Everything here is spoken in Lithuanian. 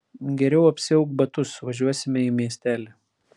geriau apsiauk batus važiuosime į miestelį